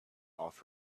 off